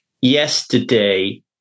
Yesterday